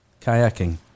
kayaking